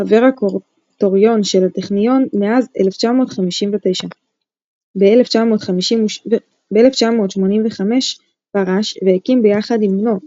חבר הקורטוריון של הטכניון מאז 1959. ב-1985 פרש והקים ביחד עם בנו,